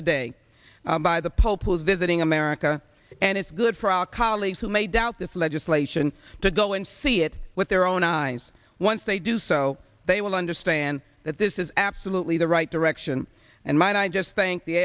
today by the pope was visiting america and it's good for our colleagues who may doubt this legislation to go and see it with their own eyes once they do so they will understand that this is absolutely the right direction and might i just thank the